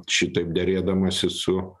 šitaip derėdamasis su